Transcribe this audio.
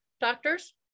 doctors